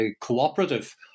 Cooperative